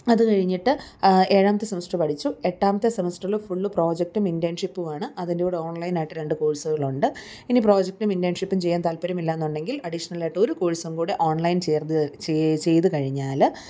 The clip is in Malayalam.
അത് കഴിഞ്ഞിട്ട് ഏഴാമത്തെ സെമസ്റ്റർ പഠിച്ചു എട്ടാമത്തെ സെമസ്റ്ററിൽ ഫുൾ പ്രോജക്ടും ഇൻ്റേൺഷിപ്പുമാണ് അതിൻ്റെ കൂടെ ഓൺലൈനായിട്ട് രണ്ടു കോഴ്സുകളുണ്ട് ഇനി പ്രോജക്ടും ഇൻ്റേൺഷിപ്പും ചെയ്യാൻ താല്പര്യമില്ല എന്നുണ്ടെങ്കിൽ അഡീഷണൽ ആയിട്ട് ഒരു കോഴ്സും കൂടെ ഓൺലൈൻ ചേർന്നു ചെയ്തു കഴിഞ്ഞാൽ